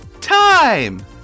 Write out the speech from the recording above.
time